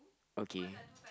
okay